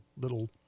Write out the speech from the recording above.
little